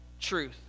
truth